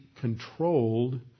controlled